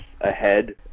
ahead